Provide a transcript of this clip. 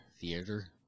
Theater